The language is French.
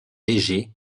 légers